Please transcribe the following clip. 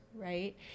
Right